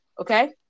Okay